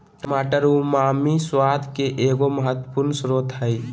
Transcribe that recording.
टमाटर उमामी स्वाद के एगो महत्वपूर्ण स्रोत हइ